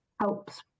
helps